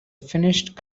finished